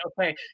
okay